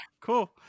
Cool